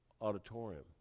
auditorium